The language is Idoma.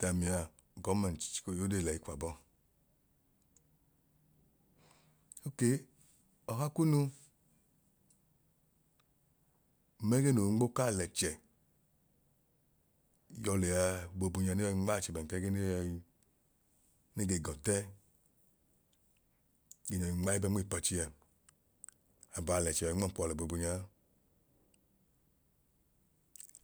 Tamia ugọmẹnti chiko y'odee lẹyi kwabọọ okay, ọha kunu n'mẹgẹẹ noo nmo k'alẹchẹ yọ lẹa boobu nya ne yọi nmachẹ bẹn kẹgẹẹ ne ge yọi ne ge g'ọtẹ ge nyọi nma ẹbẹ nmiipachi a abalẹchẹ yọi nmọnpuwa lẹ boobunyaa